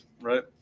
right